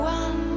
one